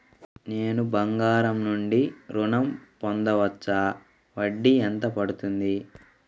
నేను బంగారం నుండి ఋణం పొందవచ్చా? వడ్డీ ఎంత పడుతుంది?